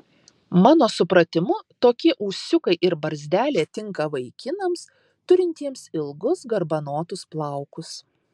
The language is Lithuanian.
mano supratimu tokie ūsiukai ir barzdelė tinka vaikinams turintiems ilgus garbanotus plaukus